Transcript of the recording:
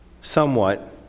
somewhat